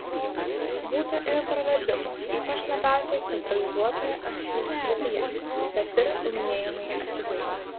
būta ir praradimų ypač labiausiai centralizuotoje archyvų srityje bet ir laimėjimai akivaizdūs